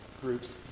groups